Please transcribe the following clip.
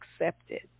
accepted